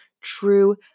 true